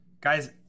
guys